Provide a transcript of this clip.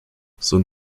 sohn